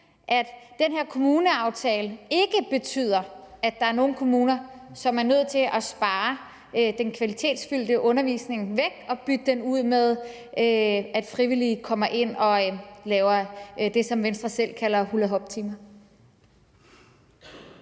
at den her kommuneaftale ikke betyder, at der er nogle kommuner, som er nødt til at spare den kvalitetsfyldte undervisning væk og bytte den ud med, at frivillige kommer ind og laver det, som Venstre selv kalder hulahoptimer?